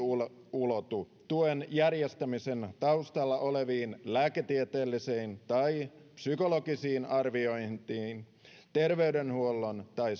ulotu tuen järjestämisen taustalla oleviin lääketieteellisiin tai psykologisiin arviointeihin terveydenhuollon tai